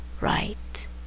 right